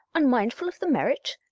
unmindful of the merit?